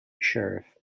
sheriff